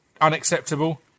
unacceptable